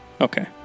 Okay